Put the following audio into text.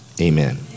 amen